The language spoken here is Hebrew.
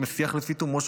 כמשיח לפי תומו,